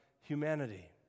humanity